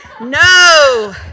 no